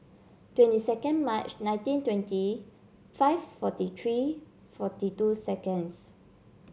twenty second March nineteen twenty five forty three forty two seconds